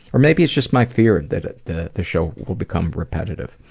or maybe it's just my fear that the the show will become repetitive.